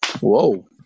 Whoa